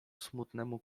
smutnemu